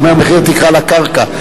הוא אומר מחיר תקרה לקרקע.